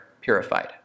purified